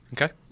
Okay